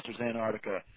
Antarctica